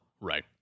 Right